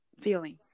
feelings